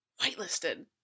whitelisted